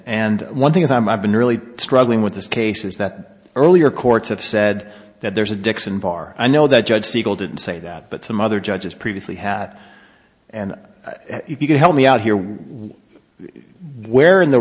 and one thing is i'm i've been really struggling with this case is that the earlier courts have said that there's a dixon bar i know that judge siegel didn't say that but to mother judges previously had and if you can help me out here where in the